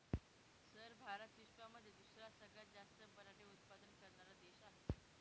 sir Bharat विश्वामध्ये दुसरा सगळ्यात जास्त बटाटे उत्पादन करणारा देश आहे